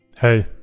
Hey